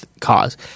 cause